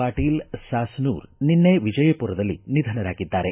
ಪಾಟೀಲ್ ಸಾಸನೂರ ನಿನ್ನೆ ವಿಜಯಪುರದಲ್ಲಿ ನಿಧನರಾಗಿದ್ದಾರೆ